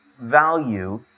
value